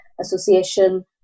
Association